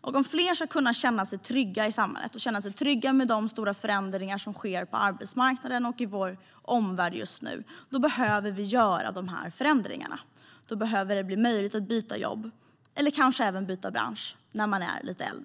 Om fler ska kunna känna sig trygga i samhället och känna sig trygga med de stora förändringar som sker på arbetsmarknaden och i vår omvärld just nu behöver vi göra dessa förändringar. Då behöver det bli möjligt att byta jobb och kanske även bransch när man är lite äldre.